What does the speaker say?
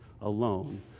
alone